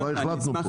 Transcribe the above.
כבר החלטנו פה.